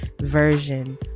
version